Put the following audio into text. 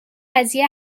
قضیه